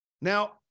Now